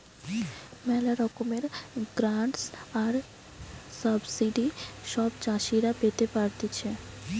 ম্যালা রকমের গ্রান্টস আর সাবসিডি সব চাষীরা পেতে পারতিছে